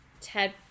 Ted